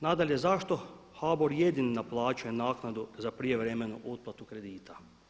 Nadalje, zašto HBOR jedini naplaćuje naknadu za prijevremenu otplatu kredita?